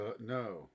no